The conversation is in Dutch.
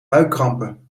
buikkrampen